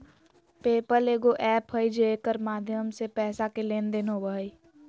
पे पल एगो एप्प है जेकर माध्यम से पैसा के लेन देन होवो हय